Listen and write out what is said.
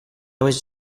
was